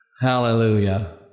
Hallelujah